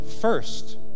first